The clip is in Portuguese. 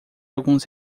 alguns